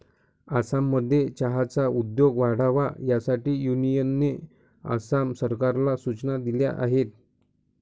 आसाममध्ये चहाचा उद्योग वाढावा यासाठी युनियनने आसाम सरकारला सूचना दिल्या आहेत